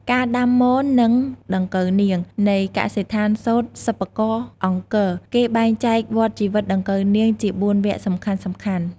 ការដាំមន និងដង្កូវនាង នៃកសិដ្ឋានសូត្រសិប្បករអង្គរ គេបែងចែកវដ្ដជីវិតដង្កូវនាងជា៤វគ្គសំខាន់ៗ។